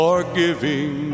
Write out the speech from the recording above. Forgiving